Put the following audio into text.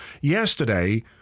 Yesterday